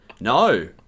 no